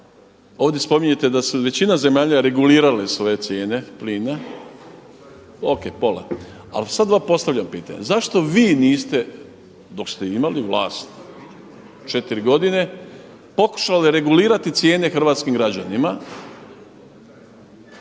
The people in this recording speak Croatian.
ovdje spominjete da su većina zemalja regulirale svoje cijene plina. O.k. pola. Ali sad vam postavljam pitanje zašto vi niste dok ste imali vlast četiri godine pokušali regulirati cijene hrvatskim građanima.